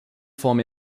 form